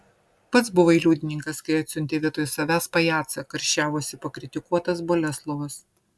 pats buvai liudininkas kai atsiuntė vietoj savęs pajacą karščiavosi pakritikuotas boleslovas